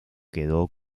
quedó